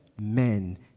men